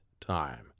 time